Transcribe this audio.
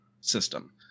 system